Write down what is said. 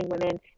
women